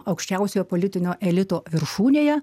aukščiausiojo politinio elito viršūnėje